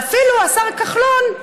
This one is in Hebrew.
ואפילו השר כחלון,